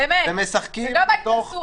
באמת, וגם ההתנשאות.